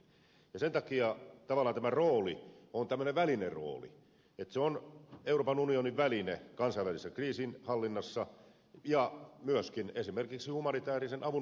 sen takia tavallaan tämä rooli on tämmöinen välinerooli että se on euroopan unionin väline kansainvälisessä kriisinhallinnassa ja myöskin esimerkiksi humanitäärisen avun perille saamisessa